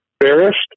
embarrassed